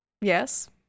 yes